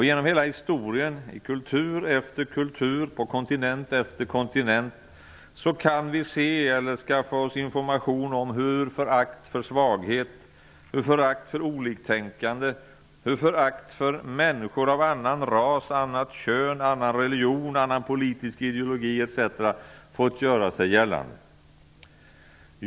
Genom hela historien -- i kultur efter kultur på kontinent efter kontinent -- kan vi se eller skaffa oss information om hur förakt för svaghet, för oliktänkande och för människor av annan ras, annat kön, annan religion, annan politisk ideologi etc. fått göra sig gällande.